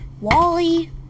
Wally